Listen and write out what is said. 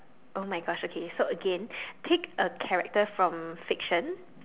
!oh-my-Gosh! okay so again pick a character from fiction